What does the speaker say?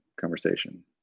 conversation